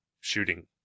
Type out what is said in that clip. shooting